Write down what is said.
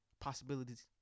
possibilities